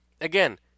Again